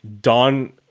Don